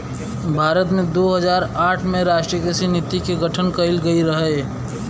भारत में दू हज़ार आठ में राष्ट्रीय कृषि नीति के गठन कइल गइल रहे